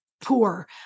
poor